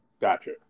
Gotcha